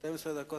12 דקות